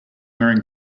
wearing